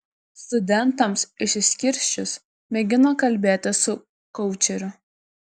studentams išsiskirsčius mėgino kalbėtis su koučeriu